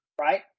Right